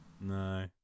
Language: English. No